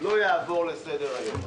זה לא יעבור לסדר היום.